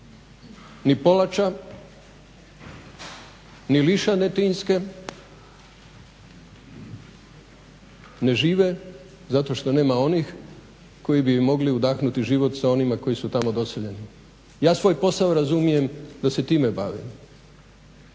ni Polača ni …/Ne razumije se./…. Ne žive, zato što nema onih koji bi im mogli udahnuti život sa onima koji su tamo doseljeni. Ja svoj posao razumijem da se time bavim,